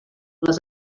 les